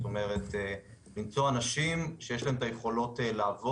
זאת אומרת למצוא את האנשים שיש להם את היכולות המתאימות.